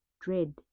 dread